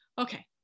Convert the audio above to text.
Okay